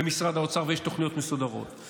ובמשרד האוצר יש תוכניות מסודרות,